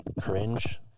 cringe